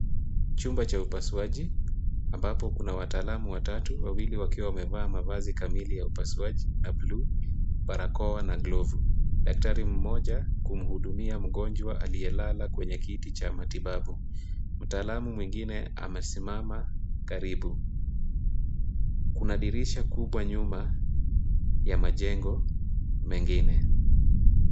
Chumba cha upasuaji ambapo kuna wataalamu watatu wawili wakiwa wamevaa mavazi kamili ya upasuaji ya bluu, barakoa na glovu. Daktari mmoja kumhudumia mgonjwa aliyelala kwenye kiti cha matibabu. Mtaalamu mwingine amesimama karibu. Kuna dirisha kubwa nyuma, ya majengo mengine.